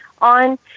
on